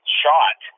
shot